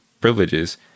privileges